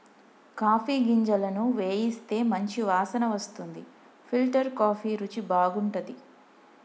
coffee గింజలను వేయిస్తే మంచి వాసన వస్తుంది ఫిల్టర్ కాఫీ రుచి బాగుంటది